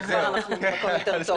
אנחנו במקום יותר טוב.